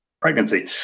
pregnancy